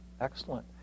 excellent